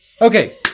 Okay